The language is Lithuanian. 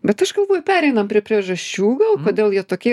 bet aš galvoju pereinam prie priežasčių gal kodėl jie tokie